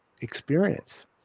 experience